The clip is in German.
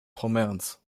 pommerns